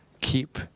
keep